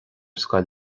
scoil